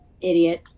idiot